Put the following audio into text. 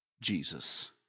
Jesus